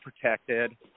protected